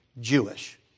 Jewish